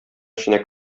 эченә